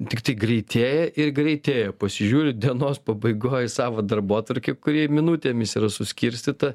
tiktai greitėja ir greitėja pasižiūri dienos pabaigoj savo darbotvarkę kuri minutėmis yra suskirstyta